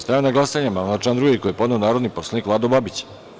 Stavljam na glasanje amandman na član 2. koji je podneo narodni poslanik Vlado Babić.